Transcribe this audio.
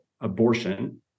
abortion